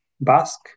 Basque